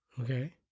Okay